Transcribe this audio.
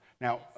now